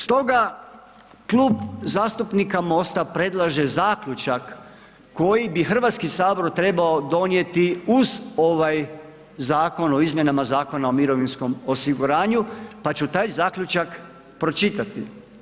Stoga Klub zastupnika MOST-a predlaže zaključak koji bi HS trebao donijeti uz ovaj Zakon o izmjenama Zakona o mirovinskom osiguranju, pa ću taj zaključak pročitati.